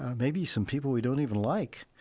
maybe some people we don't even like